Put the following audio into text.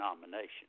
nomination